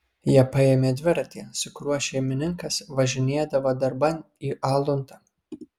jie paėmė dviratį su kuriuo šeimininkas važinėdavo darban į aluntą